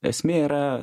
esmė yra